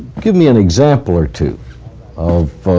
give me an example or two of